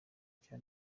cya